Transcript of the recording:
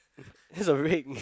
it's a ring